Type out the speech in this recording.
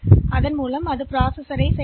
எனவே இந்த மதிப்பு செயலியின் உள்ளே அடையும்